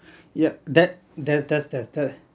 yup that that's that's that's that's